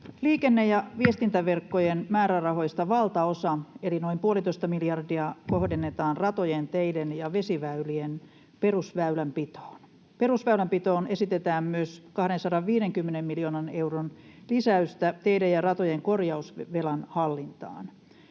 Liikenne- ja viestintäverkkojen määrärahoista valtaosa, eli noin puolitoista miljardia, kohdennetaan ratojen, teiden ja vesiväylien perusväylänpitoon. Perusväylänpitoon esitetään myös 250 miljoonan euron lisäystä teiden ja ratojen korjausvelan hallintaan.